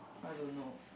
I don't know